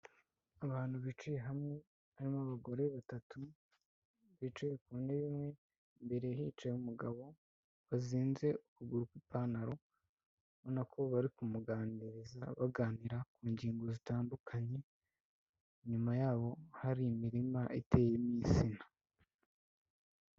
Abantu bicaye hamwe harimo abagore batatu bicaye ku ntebe imwe, imbere hicaye umugabo wazinze ukuguru kw'ipantaro, ubona ko bari kumuganiriza, baganira ku ngingo zitandukanye, inyuma yabo hari imirima iteyeho itsina.